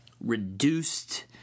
reduced